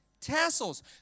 Tassels